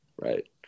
right